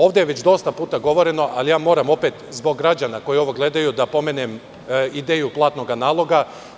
Ovde je već dosta puta govoreno, ali moram opet zbog građana koji ovo gledaju da pomenem ideju platnog naloga.